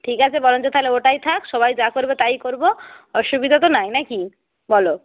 ঠিক আছে বরঞ্চ তাহলে ওটাই থাক সবাই যা করবে তাই করবো অসুবিধা তো নাই না কি বলো